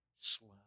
slow